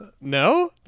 No